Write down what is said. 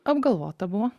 apgalvota buvo